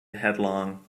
headlong